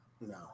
No